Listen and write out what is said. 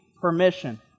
permission